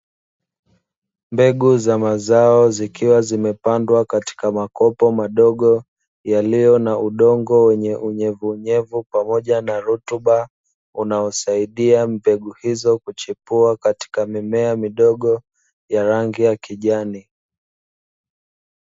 Mbegu za mazao zikiwa zimepandwa katika makopo madogo yaliyo na udongo wenye unyevunyevu pamoja na rutuba, unaosaidia mbegu hizo kuchipua katika mimea midogo ya rangi ya kijani.